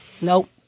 Nope